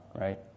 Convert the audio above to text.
right